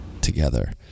together